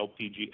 LPG